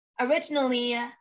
Originally